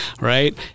right